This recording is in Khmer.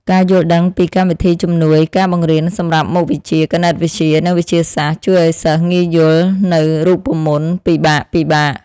ការយល់ដឹងពីកម្មវិធីជំនួយការបង្រៀនសម្រាប់មុខវិជ្ជាគណិតវិទ្យានិងវិទ្យាសាស្ត្រជួយឱ្យសិស្សងាយយល់នូវរូបមន្តពិបាកៗ។